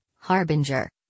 harbinger